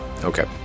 Okay